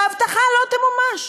שההבטחה לא תמומש.